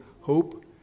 hope